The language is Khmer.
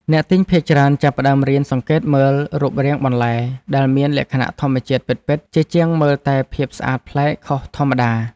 អ្នកទិញភាគច្រើនចាប់ផ្តើមរៀនសង្កេតមើលរូបរាងបន្លែដែលមានលក្ខណៈធម្មជាតិពិតៗជាជាងមើលតែភាពស្អាតប្លែកខុសធម្មតា។